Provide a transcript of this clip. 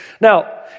Now